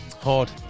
Hard